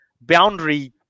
boundary